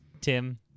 Tim